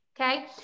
okay